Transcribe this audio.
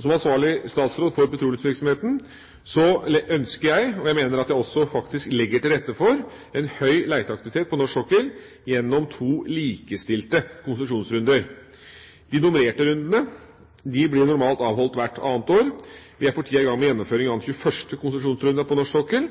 Som ansvarlig statsråd for petroleumsvirksomheten ønsker jeg – og jeg mener at det faktisk også ligger til rette for – en høy leteaktivitet på norsk sokkel gjennom to likestilte konsesjonsrunder. De nummererte rundene blir normalt avholdt hvert annet år. Vi er for tida i gang med gjennomføringa av den